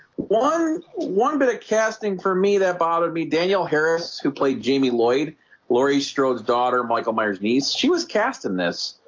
one one bit of casting for me that bothered me daniel harris who played jamie lloyd laurie strode daughter michael myers niece she was cast in this